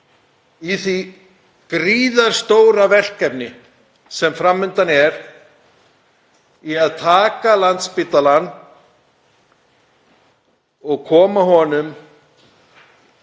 í því gríðarstóra verkefni sem fram undan er, í að taka Landspítalann og koma honum